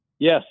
Yes